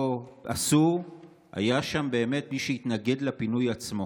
היה שם באמת מי שהתנגד לפינוי עצמו,